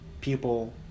people